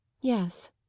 Yes